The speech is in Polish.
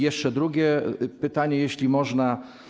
jeszcze drugie pytanie, jeśli można.